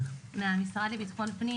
מהמשרד לבטחון פנים,